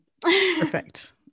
perfect